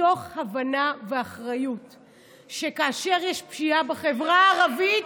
מתוך הבנה ואחריות שכאשר יש פשיעה בחברה הערבית,